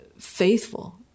faithful